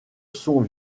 son